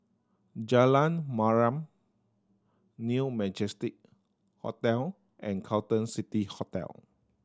Jalan Mariam New Majestic Hotel and Carlton City Hotel